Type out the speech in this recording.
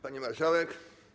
Pani Marszałek!